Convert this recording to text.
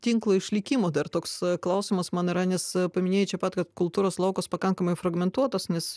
tinklo išlikimo dar toks klausimas man yra nes paminėjai čia pat kad kultūros laukas pakankamai fragmentuotas nes